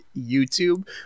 youtube